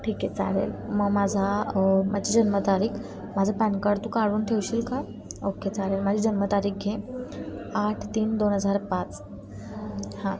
ठीक आहे चालेल मग माझा माझी जन्मतारीख माझं पॅन कार्ड तू काढून ठेवशील का ओके चालेल माझी जन्मतारीख घे आठ तीन दोन हजार पाच हां